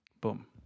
Boom